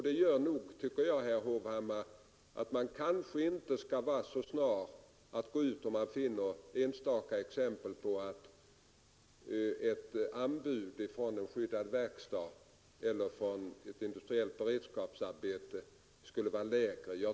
Därför tycker jag inte, herr Hovhammar, att man skall vara så snar att gå ut, om man finner enstaka exempel på att ett anbud från en skyddad verkstad eller från ett industriellt beredskapsarbete är lägre än ett privat företags.